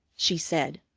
she said.